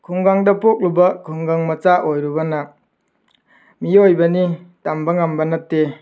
ꯈꯨꯡꯒꯪꯗ ꯄꯣꯛꯂꯨꯕ ꯈꯨꯡꯒꯪ ꯃꯆꯥ ꯑꯣꯏꯔꯨꯕꯅ ꯃꯤꯑꯣꯏꯕꯅꯤ ꯇꯝꯕ ꯉꯝꯕ ꯅꯠꯇꯦ